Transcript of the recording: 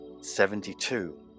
Seventy-two